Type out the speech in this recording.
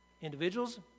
individuals